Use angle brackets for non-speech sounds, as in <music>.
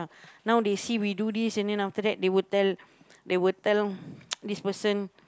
now they see we do this and then after that they will tell they will tell <noise> this person